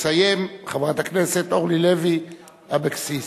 תסיים חברת הכנסת אורלי לוי אבקסיס.